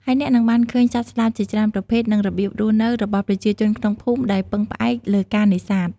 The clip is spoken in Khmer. ហើយអ្នកនឹងបានឃើញសត្វស្លាបជាច្រើនប្រភេទ និងរបៀបរស់នៅរបស់ប្រជាជនក្នុងភូមិដែលពឹងផ្អែកលើការនេសាទ។